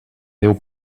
déu